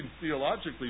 theologically